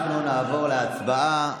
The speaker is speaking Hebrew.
אנחנו נעבור להצבעה.